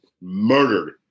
murdered